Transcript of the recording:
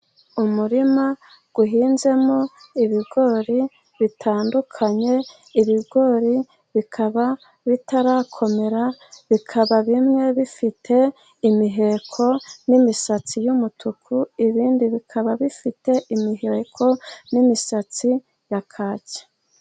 Umurima uhinzemo ibigori bitandukanye, ibigori bikaba bitarakomera, bikaba bimwe bifite imiheko n'imisatsi y'umutuku, ibindi bikaba bifite imiheko n'imisatsi ya kaki.